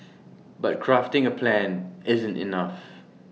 but crafting A plan isn't enough